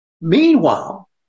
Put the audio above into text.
Meanwhile